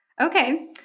Okay